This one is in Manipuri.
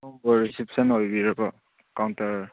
ꯑꯣ ꯔꯤꯁꯤꯞꯁꯟ ꯑꯣꯏꯕꯤꯔꯕꯣ ꯀꯥꯎꯟꯇꯔ